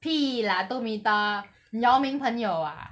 屁啦 two metre 你 yao ming 朋友啊